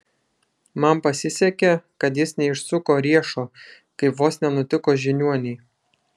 man pasisekė kad jis neišsuko riešo kaip vos nenutiko žiniuonei